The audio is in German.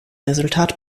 resultat